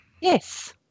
Yes